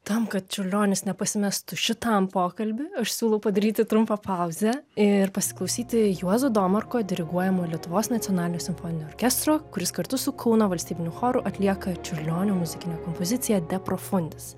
tam kad čiurlionis nepasimestų šitam pokalby aš siūlau padaryti trumpą pauzę ir pasiklausyti juozo domarko diriguojamo lietuvos nacionalinio simfoninio orkestro kuris kartu su kauno valstybiniu choru atlieka čiurlionio muzikinę kompoziciją de profundis